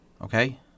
Okay